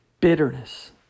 bitterness